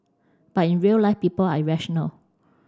but in real life people are irrational